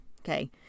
Okay